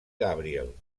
gabriel